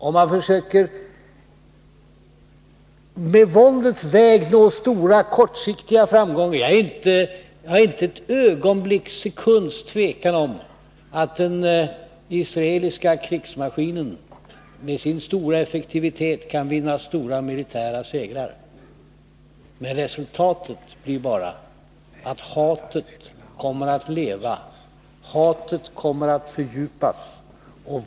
Om man försöker att på våldets väg nå stora kortsiktiga framgångar — jag hyser inte ett ögonblicks tvivel om att den israeliska krigsmaskinen med sin stora effektivitet kan vinna stora militära segrar — blir resultatet bara att hatet kommer att leva och fördjupas.